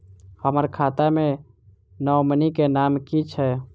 हम्मर खाता मे नॉमनी केँ नाम की छैय